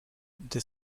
the